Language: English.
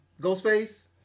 Ghostface